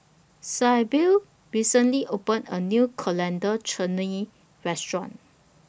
Sybil recently opened A New Coriander Chutney Restaurant